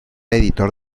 editor